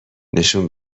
نشون